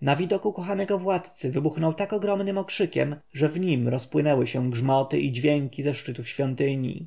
na widok ukochanego władcy wybuchnął tak ogromnym okrzykiem że w nim rozpłynęły się grzmoty i dźwięki ze szczytu świątyń